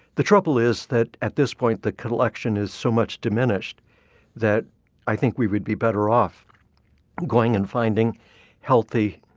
the trouble is that at this point the collection is so much diminished that i think we would be better off going and finding healthy,